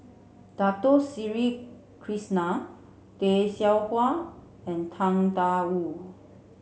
Dato Sri Krishna Tay Seow Huah and Tang Da Wu